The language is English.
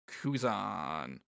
Kuzan